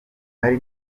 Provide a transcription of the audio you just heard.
nari